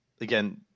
again